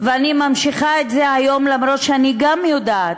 ואנחנו ממשיכה את זה היום, למרות שאני יודעת